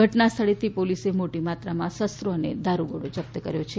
ઘટના સ્થળેથી પોલીસે મોટી માત્રામાં શસ્ત્રો દારૂ ગોળો જપ્ત કર્યો છે